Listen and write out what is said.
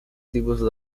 tipos